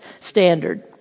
standard